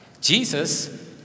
Jesus